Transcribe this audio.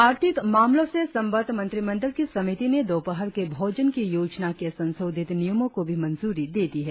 आर्थिक मामलों से संबद्ध मंत्रिमंडल की समिति ने दोपहर के भोजन की योजना के संशोधित नियमों को भी मंजूरी दे दी है